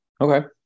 Okay